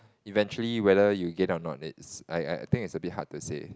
eventually whether you get it or not it's I I think is a bit hard to say